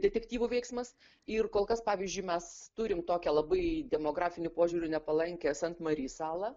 detektyvų veiksmas ir kol kas pavyzdžiui mes turim tokią labai demografiniu požiūriu nepalankią sent mari salą